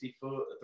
foot